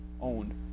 owned